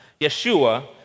Yeshua